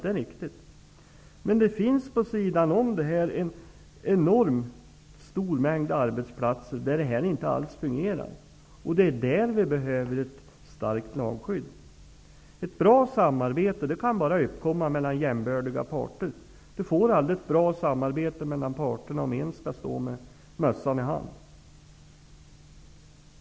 Men vid sidan av detta finns det en stor mängd arbetsplatser där de inte alls fungerar. Det är där det behövs ett starkt lagskydd. Ett bra samarbete kan bara uppkomma mellan jämbördiga parter. Du kan aldrig få ett bra samarbete mellan parterna om en av dem skall stå med mössan i hand.